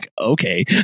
Okay